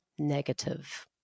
negative